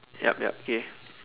yup yup okay